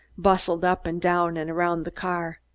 bustled up and down and around the car.